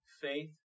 faith